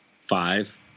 five